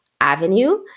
avenue